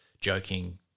joking